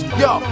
yo